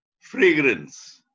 fragrance